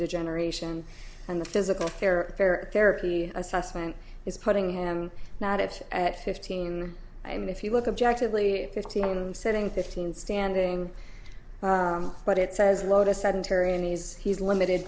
degeneration and the physical fair fair therapy assessment is putting him not it at fifteen i mean if you look objective lee fifteen i'm sitting fifteen standing but it says load a sedentary and he's he's limited